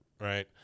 right